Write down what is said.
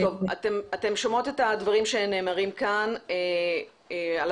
אתן שומעות את הדברים שנאמרים כאן לגבי